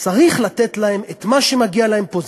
צריך לתת להם את מה שמגיע להם פה.